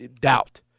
doubt